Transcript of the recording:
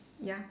ya